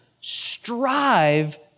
strive